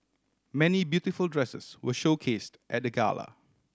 many beautiful dresses were showcased at the gala